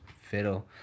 fiddle